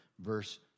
verse